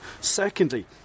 secondly